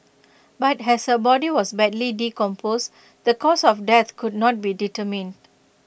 but has her body was badly decomposed the cause of death could not be determined